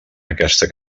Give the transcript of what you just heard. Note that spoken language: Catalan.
aquesta